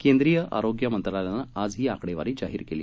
केंद्रीय आरोग्य मंत्रालयानं आज ही आकडेवारी जाहीर केली